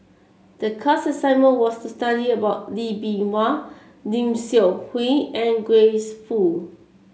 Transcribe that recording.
the class assignment was to study about Lee Bee Wah Lim Seok Hui and Grace Fu